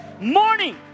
morning